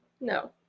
no